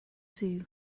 zoo